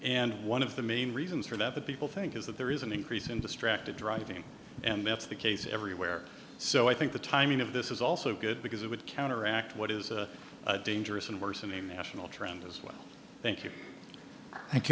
and one of the main reasons for that that people think is that there is an increase in distracted driving and that's the case everywhere so i think the timing of this is also good because it would counteract what is a dangerous and worsening national trend as well thank you thank